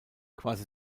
quasi